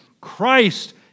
Christ